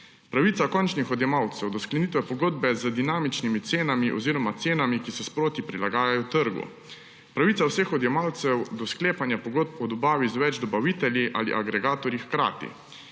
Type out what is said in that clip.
pravica končnih odjemalcev do sklenitve pogodbe z dinamičnimi cenami oziroma cenami, ki se sproti prilagajajo trgu, pravica vseh odjemalcev do sklepanja pogodb o dobavi z več dobavitelji ali agregatorji hkrati.